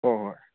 ꯍꯣꯏ ꯍꯣꯏ